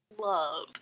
love